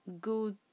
good